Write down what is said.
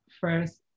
first